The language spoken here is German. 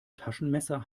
taschenmesser